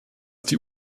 die